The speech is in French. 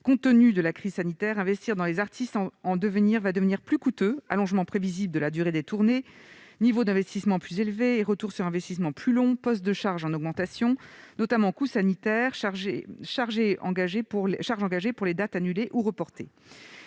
Compte tenu de la crise sanitaire, investir dans les artistes en devenir sera plus coûteux : allongement prévisible de la durée des tournées, niveau d'investissements plus élevé, retours sur investissements plus longs, postes de charges en augmentation, notamment à cause des coûts sanitaires et des charges engagées pour les dates annulées ou reportées.